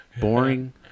boring